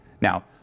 Now